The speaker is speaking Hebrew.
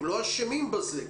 הם לא אשמים בזה.